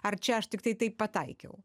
ar čia aš tiktai taip pataikiau